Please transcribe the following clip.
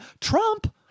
Trump